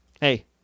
hey